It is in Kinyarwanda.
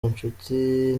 inshuti